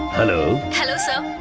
hello, hello, sir.